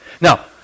Now